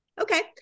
Okay